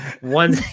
One